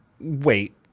wait